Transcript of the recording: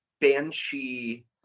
banshee